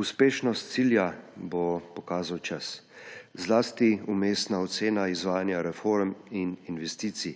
Uspešnost cilja bo pokazal čas, zlasti vmesna ocena izvajanja reform in investicij.